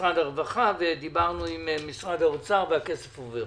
ממשרד הרווחה ודיברנו עם משרד האוצר והכסף עובר.